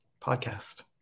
podcast